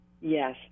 Yes